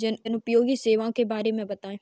जनोपयोगी सेवाओं के बारे में बताएँ?